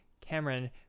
Cameron